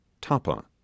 Tapa